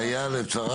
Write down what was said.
הלאה.